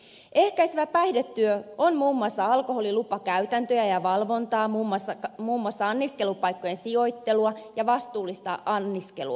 ehkäisevä päihdetyö on muun muassa alkoholilupakäytäntöjä ja valvontaa muun muassa anniskelupaikkojen sijoittelua ja vastuullista anniskelua